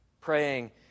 Praying